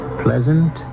pleasant